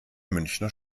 münchner